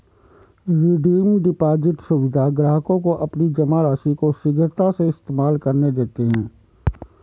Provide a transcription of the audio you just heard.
redeem deposit सुविधा ग्राहकों को अपनी जमा राशि को शीघ्रता से इस्तेमाल करने देते है